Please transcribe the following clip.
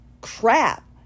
crap